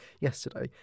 yesterday